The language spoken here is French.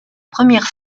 première